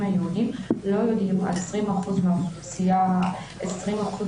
היהודים לא יודעים על 20% מהאוכלוסייה הישראלית,